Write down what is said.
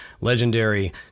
legendary